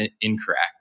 incorrect